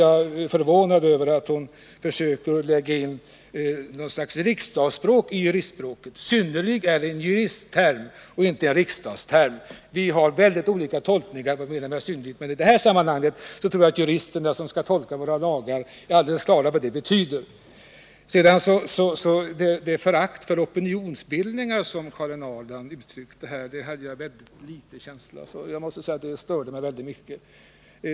Jag är emellertid förvånad över att hon försöker lägga in något slags riksdagsspråk i juristspråket. ”Synnerlig” är en juristterm och inte en riksdagsterm. Det finns väldigt olika tolkningar av ordet synnerlig, men i detta sammanhang tror jag att de jurister som skall tolka våra lagar är helt på det klara med vad ordet betyder. Det förakt för opinionsbildningar som Karin Ahrland här uttryckte har jag mycket liten förståelse för. Det störde mig väldigt mycket.